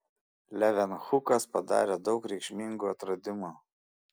levenhukas padarė daug reikšmingų atradimų